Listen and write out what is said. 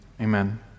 amen